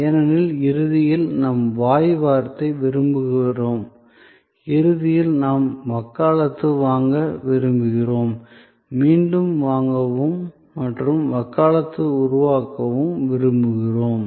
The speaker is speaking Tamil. ஏனெனில் இறுதியில் நாம் வாய் வார்த்தையை விரும்புகிறோம் இறுதியில் நாங்கள் வக்காலத்து வாங்க விரும்புகிறோம் மீண்டும் வாங்கவும் மற்றும் வக்காலத்து உருவாக்கவும் விரும்புகிறோம்